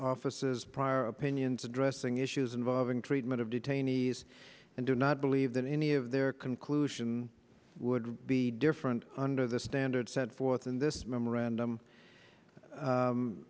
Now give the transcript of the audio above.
office's prior opinions addressing issues involving treatment of detainees and do not believe that any of their conclusion would be different under the standards set forth in this memorandum